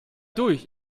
durch